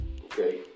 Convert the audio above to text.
Okay